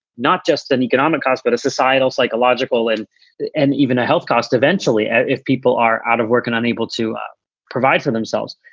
not just an economic cost, but a societal psychological and and even a health cost eventually ah if people are out of work and unable to provide for themselves.